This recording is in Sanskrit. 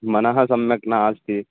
मनः सम्यक् नास्ति